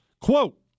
Quote